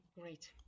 Great